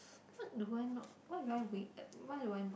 what do I not why do I wait at why do I